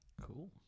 cool